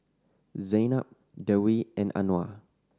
Zaynab Dewi and Anuar